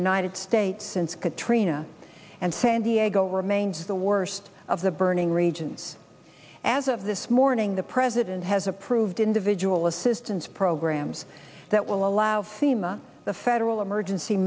united states since katrina and san diego remains the worst of the burning regions as of this morning the president has approved individual assistance programs that will allow fema the federal emergency